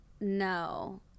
no